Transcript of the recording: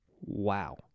Wow